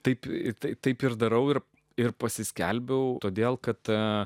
taip ir taip taip ir darau ir ir pasiskelbiau todėl kad ta